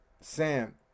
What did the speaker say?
Sam